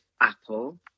Apple